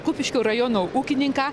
kupiškio rajono ūkininką